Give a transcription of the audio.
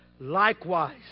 Likewise